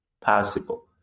possible